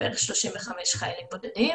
בערך 35 חיילים בודדים